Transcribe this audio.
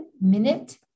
minute